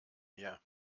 mir